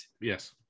Yes